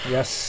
Yes